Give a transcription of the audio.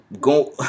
go